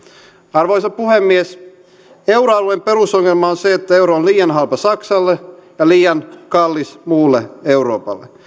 arvoisa puhemies euroalueen perusongelma on se että euro on liian halpa saksalle ja liian kallis muulle euroopalle